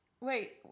Wait